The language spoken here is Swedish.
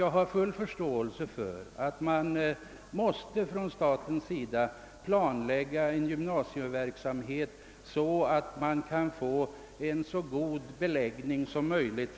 Jag har full förståelse för att staten måste planlägga gymnasieverksamheten så att det uppnås så god beläggning som möjligt.